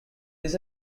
this